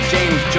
James